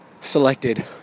selected